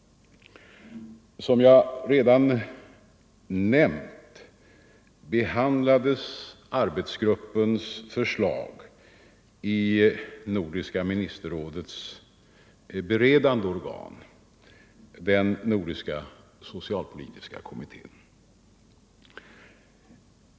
Som jag redan nämnt behandlades arbetsgruppens förslag i nordiska ministerrådets beredande organ, nordiska socialpolitiska kommittén.